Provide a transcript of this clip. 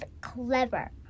clever